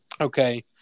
okay